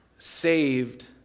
Saved